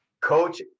coach